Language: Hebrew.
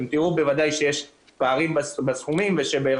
אתם תראו בוודאי שיש פערים בסכומים ושבאר